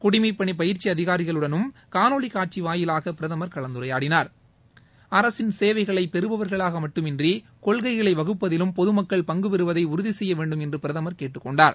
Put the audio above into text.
குடிமைப்பணி பயிற்சி அதிகாரிகளுடனும் காணொளி காட்சி வாயிலாக பிரதமர் கலந்துரையாடினார் அரசின் சேவைகளை பெறுபவர்களாக மட்டுமின்றி கொள்கைகளை வகுப்பதிலும் பொதுமக்கள் பங்கு பெறுவதை உறுதி செய்ய வேண்டும் என்று பிரதமர் கேட்டுக்கொண்டார்